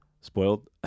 Spoiled